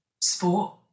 sport